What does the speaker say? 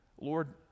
Lord